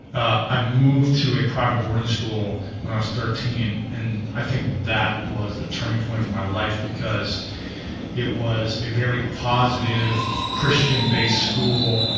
i moved to a private boarding school when i was thirteen, and i think that was the turning point for my life, because it was a very positive christian-based school,